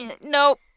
nope